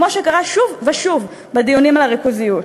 כמו שקרה שוב ושוב בדיונים על הריכוזיות.